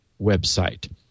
website